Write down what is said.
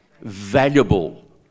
Valuable